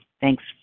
Thanks